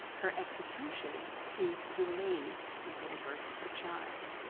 her execution is delayed until the birth of her child.